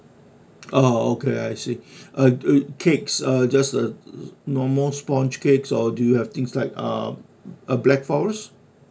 uh okay I see uh ugh cakes uh just a normal sponge cakes or do you have things like uh a black forest